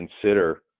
consider